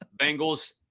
Bengals